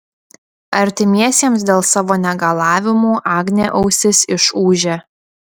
artimiesiems dėl savo negalavimų agnė ausis išūžia